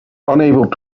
unable